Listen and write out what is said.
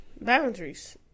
boundaries